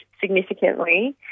significantly